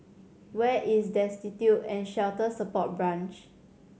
where is Destitute and Shelter Support Branch